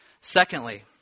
Secondly